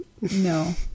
No